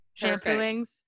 shampooings